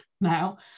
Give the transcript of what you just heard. now